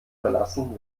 verlassen